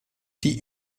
die